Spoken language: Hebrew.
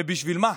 ובשביל מה?